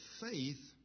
faith